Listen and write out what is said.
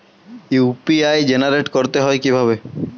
UPI generate করতে হয় কিভাবে?